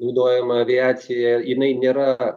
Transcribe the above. naudojama aviacijoje jinai nėra